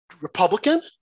Republican